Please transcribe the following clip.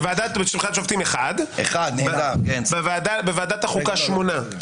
בוועדה לבחירת שופטים אחד, בוועדת החוקה שמונה.